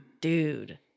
Dude